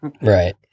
Right